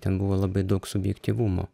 ten buvo labai daug subjektyvumo